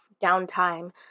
downtime